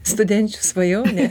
studenčių svajonė